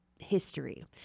history